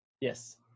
Yes